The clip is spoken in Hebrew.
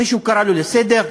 מישהו קרא לו לסדר?